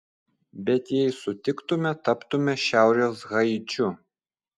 bet jei sutiktume taptume šiaurės haičiu